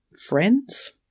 friends